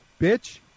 Bitch